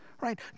right